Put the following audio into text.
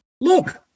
look